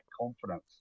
confidence